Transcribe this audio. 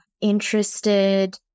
interested